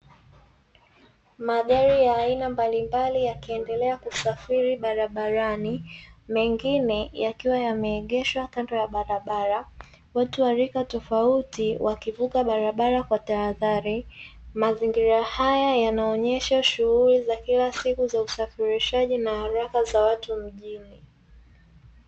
Magari ya aina mbalimbali yakiendelea kusafiri barabarani, mengine yakiwa yameegeshwa kando ya barabara. Watu wa rika tofauti wakivuka barabara kwa tahadhari. Mazingira haya yanaonyesha shughuli za kila siku za usafirishaji na haraka za watu mjini.